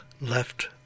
left